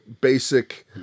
basic